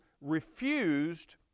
refused